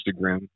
Instagram